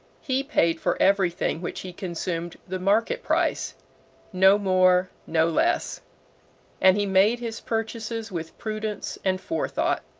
he paid for everything which he consumed the market price no more, no less and he made his purchases with prudence and forethought.